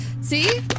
See